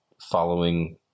following